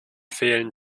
fehlen